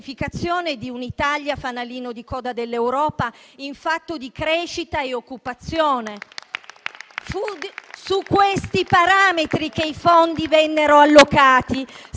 dell'Italia come fanalino di coda dell'Europa in fatto di crescita e occupazione. Fu su questi parametri che i fondi vennero allocati.